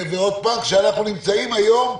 ועוד פעם,